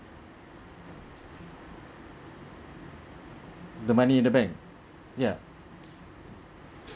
the money in the bank yeah